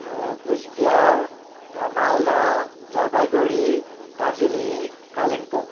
Cooch Behar Malda Jalpaiguri Darjeeling Kalimpong